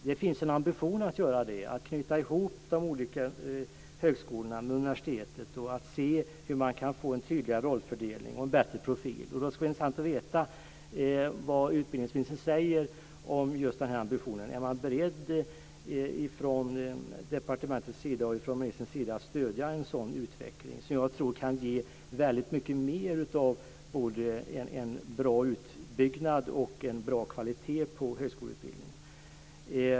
Det finns en ambition att göra det, att knyta ihop de olika högskolorna med universitetet för att kunna få en tydligare rollfördelning och en bättre profil. Det skulle vara intressant att veta vad utbildningsministern säger om just den ambitionen. Är man beredd från departementets och ministerns sida att stödja en sådan utveckling, som jag tror kan ge väldigt mycket mer av både en bra utbyggnad och en bra kvalitet av högskoleutbildningen?